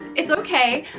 it's okay,